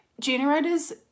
Generators